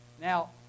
Now